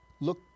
look